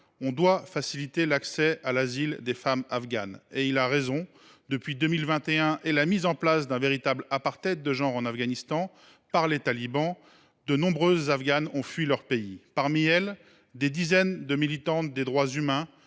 On [doit] faciliter l’accès à l’asile des femmes afghanes. » Il a raison : depuis 2021 et la mise en place d’un véritable apartheid de genre en Afghanistan par les talibans, de nombreuses Afghanes ont fui leur pays. Parmi elles, des dizaines de militantes des droits humains,